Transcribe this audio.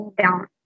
down